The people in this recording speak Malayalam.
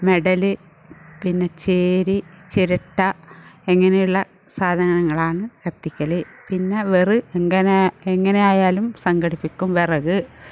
മടൽ പിന്നെ ചേരി ചിരട്ട ഇങ്ങനെയുള്ള സാധനങ്ങളാണ് കത്തിക്കൽ പിന്നെ വെറ് എങ്ങനെ എങ്ങനെ ആയാലും സംഘടിപ്പിക്കും വിറക്